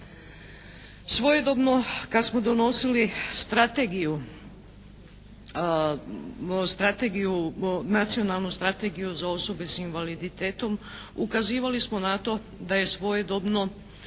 Svojedobno kad smo donosili strategiju, Nacionalnu strategiju za osobe s invaliditetom ukazivali smo na to da je svojedobno